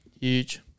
Huge